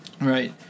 Right